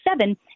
seven